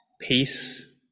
peace